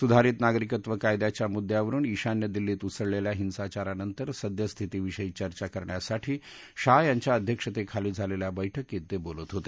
सुधारित नागरिकत्व कायद्याच्या मुद्यावरुन ि ्वान्य दिल्लीत उसळलेल्या हिंसाचारानंतर सद्यस्थितीविषयी चर्चा करण्यासाठी शाह यांच्या अध्यक्षतेखाली झालेल्या बैठकीत ते बोलत होते